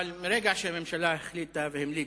אבל מרגע שהמשטרה החליטה והמליצה,